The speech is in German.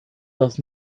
das